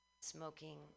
smoking